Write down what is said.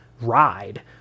ride